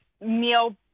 meal